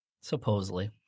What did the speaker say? Supposedly